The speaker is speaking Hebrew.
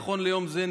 נכון ליום זה,